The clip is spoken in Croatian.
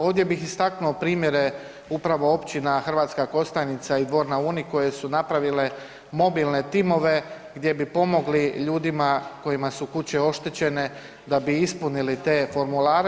Ovdje bih istaknuo primjere upravo općina Hrvatska Kostajnica i Dvor na Uni koje su napravile mobilne timove gdje bi pomogli ljudima kojima su kuće oštećene da bi ispunili te formulare.